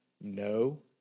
no